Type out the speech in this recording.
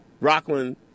Rockland